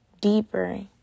deeper